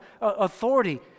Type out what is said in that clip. authority